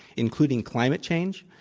including climate change.